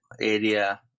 area